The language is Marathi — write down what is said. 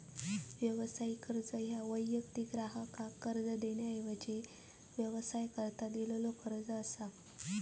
व्यावसायिक कर्ज ह्या वैयक्तिक ग्राहकाक कर्ज देण्याऐवजी व्यवसायाकरता दिलेलो कर्ज असा